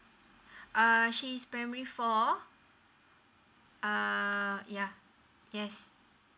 uh she's primary four err yeah yes